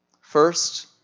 First